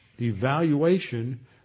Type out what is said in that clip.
evaluation